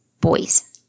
boys